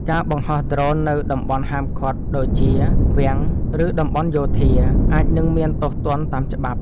ការបង្ហោះដ្រូននៅតំបន់ហាមឃាត់ដូចជា វាំង ឬតំបន់យោធា អាចនឹងមានទោសទណ្ឌតាមច្បាប់។